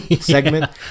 segment